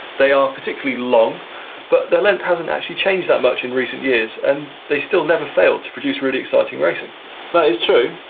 they aren't particularly long but their length hasn't actually changed that much in recent years and they still never fail to produce really exciting racing. that but is true.